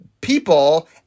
people